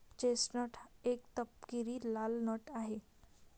chestnut एक तपकिरी लाल नट आहे